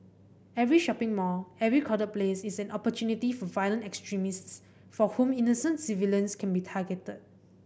every shopping mall every crowded place is an opportunity for violent extremists for whom innocent civilians can be targeted